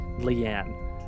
Leanne